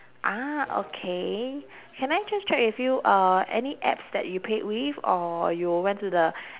ah okay can I just check with you uh any apps that you paid with or you went to the